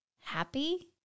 happy